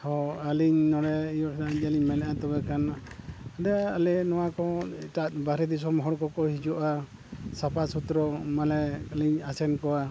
ᱦᱮᱸ ᱟᱹᱞᱤᱧ ᱱᱚᱰᱮ ᱤᱭᱟᱹᱞᱤᱧ ᱢᱮᱱᱮᱫᱼᱟ ᱛᱚᱵᱮ ᱠᱷᱟᱱ ᱟᱫᱚ ᱟᱞᱮ ᱱᱚᱣᱟ ᱠᱚ ᱮᱴᱟᱜ ᱵᱟᱨᱦᱮ ᱫᱤᱥᱚᱢ ᱦᱚᱲ ᱠᱚᱠᱚ ᱦᱤᱡᱩᱜᱼᱟ ᱥᱟᱯᱷᱟᱼᱥᱩᱛᱨᱚ ᱢᱟᱱᱮ ᱞᱤᱧᱞᱤᱧ ᱟᱥᱮᱱ ᱠᱚᱣᱟ